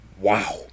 Wow